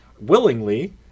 willingly